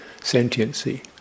sentiency